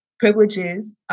privileges